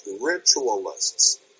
ritualists